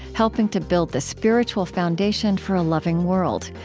helping to build the spiritual foundation for a loving world.